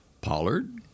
Pollard